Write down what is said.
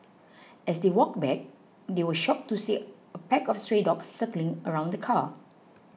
as they walked back they were shocked to see a pack of stray dogs circling around the car